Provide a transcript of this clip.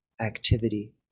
activity